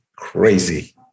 crazy